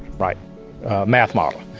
right, a math model.